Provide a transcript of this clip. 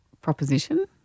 proposition